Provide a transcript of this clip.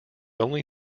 only